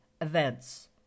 events